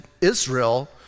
Israel